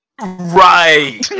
Right